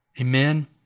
Amen